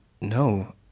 No